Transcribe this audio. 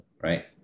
right